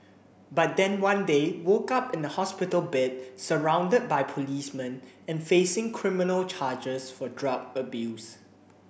but then one day woke up in a hospital bed surround by policemen and facing criminal charges for drug abuse